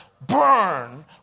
burn